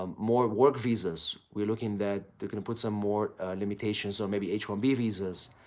um more work visas, we're looking that they're going to put some more limitations on maybe h one b visas,